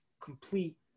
complete